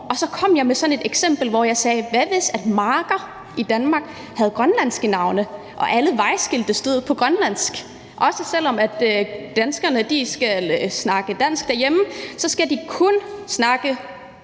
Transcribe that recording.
Og så kom jeg med et eksempel, hvor jeg sagde: Hvad, hvis marker i Danmark havde grønlandske navne og alle vejskilte stod på grønlandsk, og selv om danskerne snakkede dansk derhjemme, måtte de kun tale